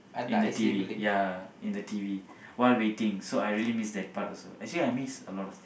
in the T_V ya in the T_V while waiting so I really miss that part also actually I miss a lot of thing